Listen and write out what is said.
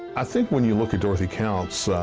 i think when you look at dorothy counts,